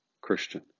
Christian